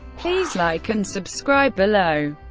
please like and subscribe below.